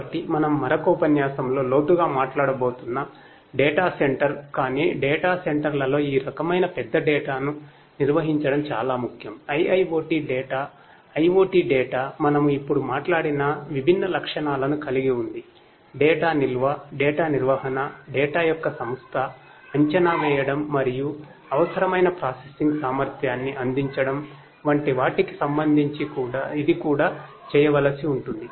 కాబట్టి మనము మరొక ఉపన్యాసంలో లోతుగా మాట్లాడబోతున్న డేటా సామర్థ్యాన్ని అందించడం వంటి వాటికి సంబంధించి ఇది కూడా చేయవలసి ఉంటుంది